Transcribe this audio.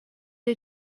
had